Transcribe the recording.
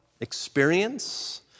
experience